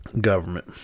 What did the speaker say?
government